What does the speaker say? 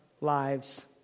lives